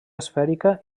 esfèrica